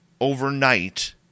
overnight